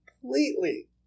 completely